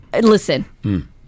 Listen